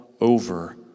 over